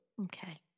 Okay